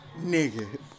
Nigga